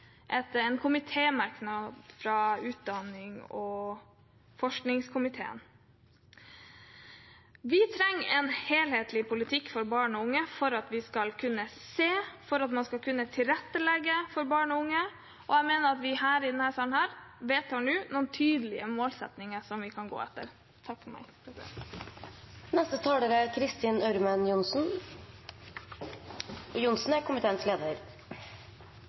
og forskningskomiteen. Vi trenger en helhetlig politikk for barn og unge for at vi skal kunne se, for at man skal kunne tilrettelegge for barn og unge, og jeg mener at vi i denne salen nå vedtar noen tydelige målsettinger som vi kan gå etter. Først vil jeg takke saksordføreren, som oppsummerte på en utmerket måte. Så har jeg bare noen kommentarer til knutepunktordningen. Den ble vel evaluert og